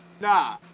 Nah